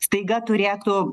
staiga turėtų